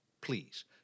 please